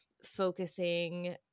focusing